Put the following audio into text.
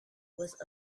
was